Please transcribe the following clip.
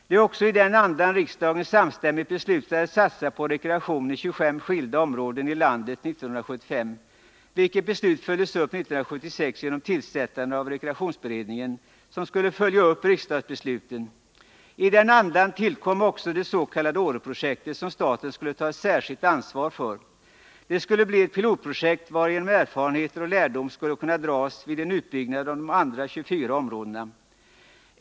Det var också i den andan som riksdagen 1975 samstämmigt beslutade satsa på rekreation i 25 skilda områden i landet, vilket beslut följdes upp 1976 genom tillsättandet av rekreationsberedningen, som skulle följa upp riksdagsbesluten. I den andan tillkom också det s.k. Åreprojektet, som staten skulle ta ett särskilt ansvar för. Det skulle bli ett pilotprojekt, varigenom erfarenheter och lärdomar skulle kunna dras vid utbyggnaden av de andra 24 områdena.